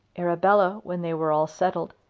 arabella, when they were all settled,